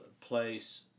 place